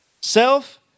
Self